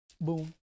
Boom